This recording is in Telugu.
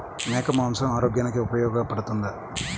మేక మాంసం ఆరోగ్యానికి ఉపయోగపడుతుందా?